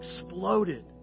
exploded